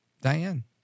Diane